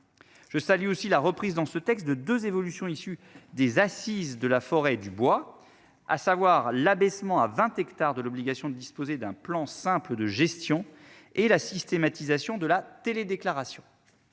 Je salue aussi la reprise dans ce texte de 2 évolutions issues des Assises de la forêt et du bois, à savoir l'abaissement à 20 hectares de l'obligation de disposer d'un plan Simple de gestion et la systématisation de la télé-déclaration.